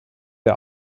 der